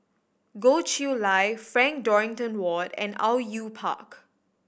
Goh Chiew Lye Frank Dorrington Ward and Au Yue Pak